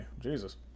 Jesus